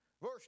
Verse